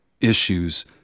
issues